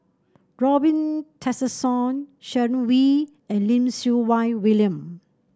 Robin Tessensohn Sharon Wee and Lim Siew Wai William